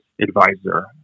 advisor